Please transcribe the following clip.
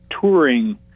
touring